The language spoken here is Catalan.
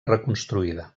reconstruïda